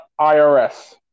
IRS